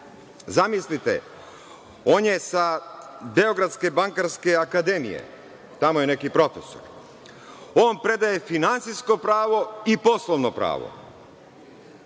zamislite on je sa Beogradske bankarske akademije, tamo je neki profesor, on predaje finansijsko pravo i poslovno pravo.